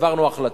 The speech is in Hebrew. העברנו החלטה,